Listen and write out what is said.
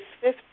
fifth